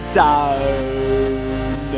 down